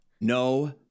No